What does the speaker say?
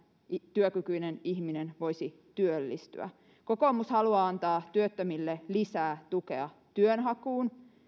työkykyinen ihminen voisi työllistyä kokoomus haluaa antaa työttömille lisää tukea työnhakuun